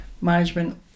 management